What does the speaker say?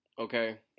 Okay